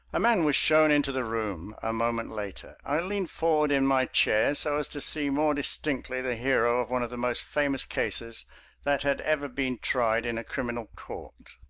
a man was shown into the room a moment later. i leaned forward in my chair so as to see more distinctly the hero of one of the most famous cases that had ever been tried in a criminal court.